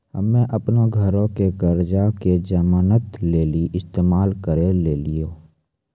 हम्मे अपनो घरो के कर्जा के जमानत लेली इस्तेमाल करि लेलियै